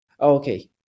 Okay